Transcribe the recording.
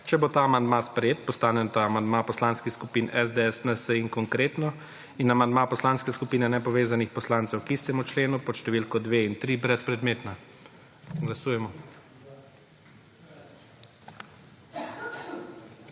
Če bo ta amandma sprejet, postaneta amandma poslanskih skupin SDS, NSi in Konkretno in amandma Poslanske skupine nepovezanih poslancev k istemu členu pod številko 2 in 3 brezpredmetna. Glasujemo.